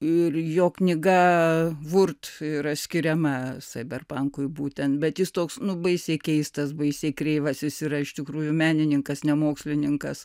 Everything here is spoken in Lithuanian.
ir jo knyga vurt yra skiriama saiberpankui būtent bet jis toks nu baisiai keistas baisiai kreivasis jis yra iš tikrųjų menininkas ne mokslininkas